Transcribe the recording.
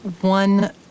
one